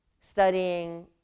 studying